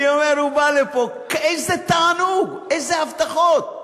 הוא בא לפה, איזה תענוג, איזה הבטחות.